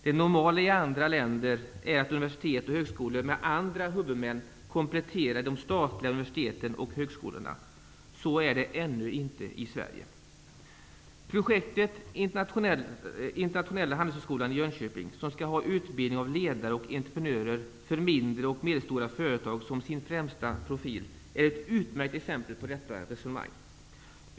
Det normala i andra länder är att universitet och högskolor med andra huvudmän kompletterar de statliga universiteten och högskolorna -- så är det ännu inte i Sverige. Jönköping, som skall ha utbildning av ledare och entreprenörer för mindre och medelstora företag som sin främsta profil, är ett utmärkt exempel på detta resonemang.